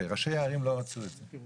וראשי ערים לא רצו את זה.